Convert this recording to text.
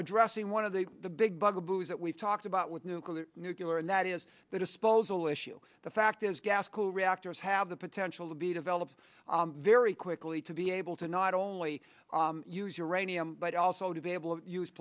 addressing one of the the big bugaboo that we've talked about with nuclear nucular and that is the disposal issue the fact is gas cool reactors have the potential to be developed very quickly to be able to not only use your rainy but also to be able to use